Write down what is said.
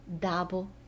double